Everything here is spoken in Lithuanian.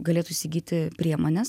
galėtų įsigyti priemones